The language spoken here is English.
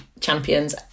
champions